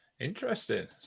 Interesting